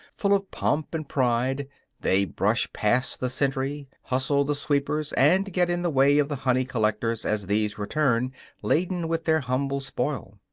full of pomp and pride they brush past the sentry, hustle the sweepers, and get in the way of the honey-collectors as these return laden with their humble spoil.